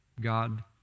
God